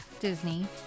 disney